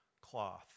cloth